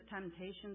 temptations